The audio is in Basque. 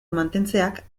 mantentzeak